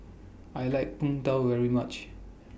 I like Png Tao very much